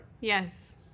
Yes